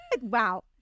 Wow